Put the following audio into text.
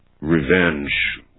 revenge